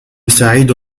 سعيد